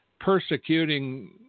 persecuting